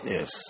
Yes